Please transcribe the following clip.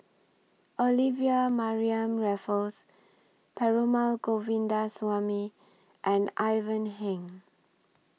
Olivia Mariamne Raffles Perumal Govindaswamy and Ivan Heng